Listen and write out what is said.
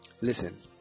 Listen